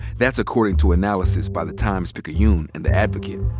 that's according to analysis by the times-picayune and the advocate.